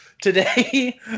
Today